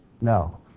no